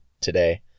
today